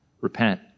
repent